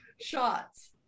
shots